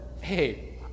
hey